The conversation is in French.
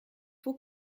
faut